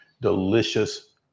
delicious